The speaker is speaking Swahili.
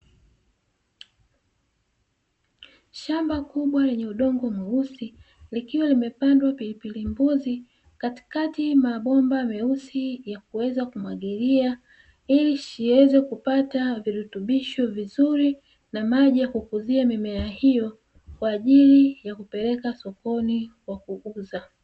Shamba kubwa lenye udongo mweusi likiwa limepandwa pilipili mbuzi, katikati mabomba meusi ya kuweza kumwagilia ili shamba liweze kupata virutubisho vizuri na maji ya kuoteshea mimea hiyo kwa ajili ya kupeleka sokoni kwa kuuza.